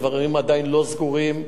הדברים עדיין לא סגורים.